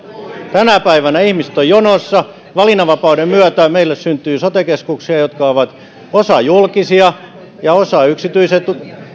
tänä päivänä ihmiset ovat jonossa valinnanvapauden myötä meille syntyy sote keskuksia joista osa on julkisia ja osa yksityisiä